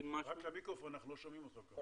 מתגלגל - די דומה למה שקרה בנורבגיה,